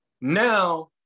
Now